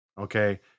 okay